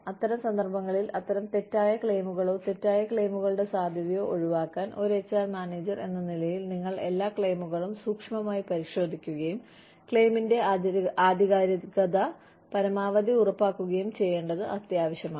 അത്തരം സന്ദർഭങ്ങളിൽ അത്തരം തെറ്റായ ക്ലെയിമുകളോ തെറ്റായ ക്ലെയിമുകളുടെ സാധ്യതയോ ഒഴിവാക്കാൻ ഒരു എച്ച്ആർ മാനേജർ എന്ന നിലയിൽ നിങ്ങൾ എല്ലാ ക്ലെയിമുകളും സൂക്ഷ്മമായി പരിശോധിക്കുകയും ക്ലെയിമിന്റെ ആധികാരികത പരമാവധി ഉറപ്പാക്കുകയും ചെയ്യേണ്ടത് അത്യാവശ്യമാണ്